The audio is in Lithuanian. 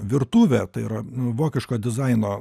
virtuvę tai yra vokiško dizaino